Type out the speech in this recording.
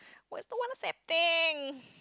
why is no one accepting